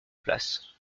place